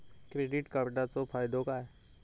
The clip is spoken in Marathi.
क्रेडिट कार्डाचो फायदो काय?